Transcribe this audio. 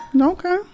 Okay